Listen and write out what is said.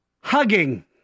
Hugging